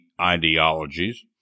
ideologies